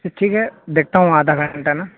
اچھا ٹھیک ہے دیکھتا ہوں آدھا گھنٹہ نا